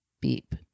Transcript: beep